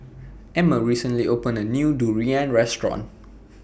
Emmer recently opened A New Durian Restaurant